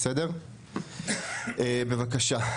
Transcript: בבקשה.